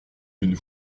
d’une